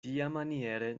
tiamaniere